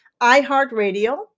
iHeartRadio